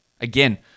Again